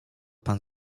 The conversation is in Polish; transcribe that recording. pan